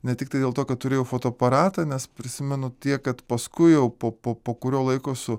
ne tiktai dėl to kad turėjau fotoaparatą nes prisimenu tiek kad paskui jau po po po kurio laiko su